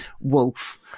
wolf